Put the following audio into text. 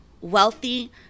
wealthy